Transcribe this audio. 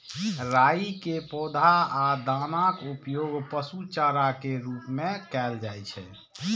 राइ के पौधा आ दानाक उपयोग पशु चारा के रूप मे कैल जाइ छै